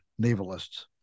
navalists